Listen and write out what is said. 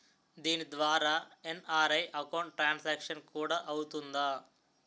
దీని ద్వారా NRI account transaction కూడా అవుతుందా?